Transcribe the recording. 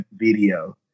video